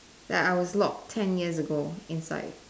that I was locked ten years ago inside